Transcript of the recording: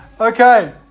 Okay